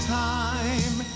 time